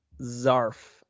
Zarf